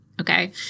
Okay